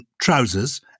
trousers